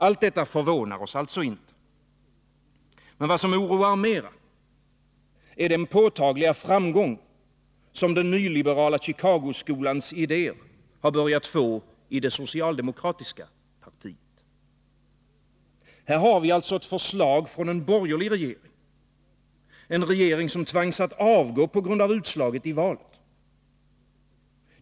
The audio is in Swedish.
Allt detta förvånar oss inte. Men vad som oroar mera är den påtagliga framgång den nyliberala Chicagoskolans idéer har börjat få i det socialde Nr 33 mokratiska partiet. Onsdagen den Här har vi alltså ett förslag från en borgerlig regering, en regering som 24 november 1982 tvangs att avgå på grund av utslaget vid valet.